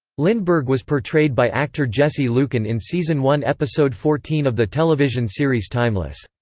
lindbergh was portrayed by actor jesse luken in season one episode fourteen of the television series timeless.